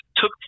took